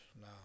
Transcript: No